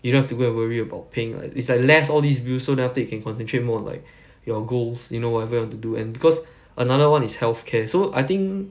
you don't have to go and worry about paying lah it's like less all these bills so after that you can concentrate more on like your goals you know whatever you want to do them and because another one is health care so I think